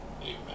Amen